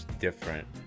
different